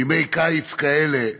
בימי קיץ כאלה,